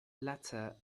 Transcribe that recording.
letter